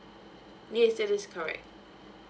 yes that is correct